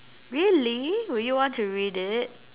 really would you want to read it